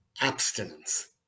abstinence